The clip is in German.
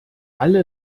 alle